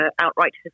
outright